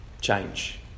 change